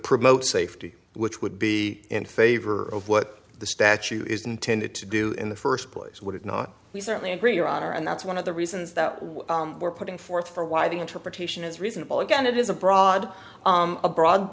promote safety which would be in favor of what the statute is intended to do in the first place would it not we certainly agree your honor and that's one of the reasons that we were putting forth for why the interpretation is reasonable again it is a broad a broad